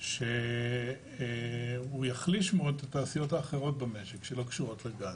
שהוא יחליש מאד את התעשיות האחרות במשק שלא קשורות לגז.